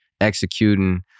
executing